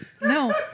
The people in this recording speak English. No